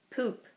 Poop